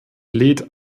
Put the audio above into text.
lädt